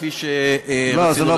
כפי שרצינו לעשות.